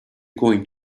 going